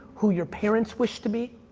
who your parents wish to be,